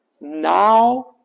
now